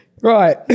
right